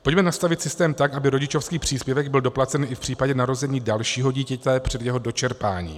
Pojďme nastavit systém tak, aby rodičovský příspěvek byl doplacen i v případě narození dalšího dítěte před jeho dočerpáním.